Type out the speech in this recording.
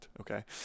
okay